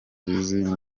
izi